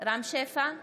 רם שפע,